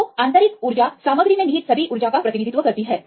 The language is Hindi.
तो आंतरिक ऊर्जा सामग्री में निहित सभी ऊर्जा का प्रतिनिधित्व करती है